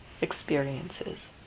experiences